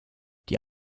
die